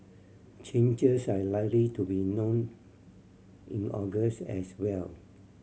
changes are likely to be known in August as well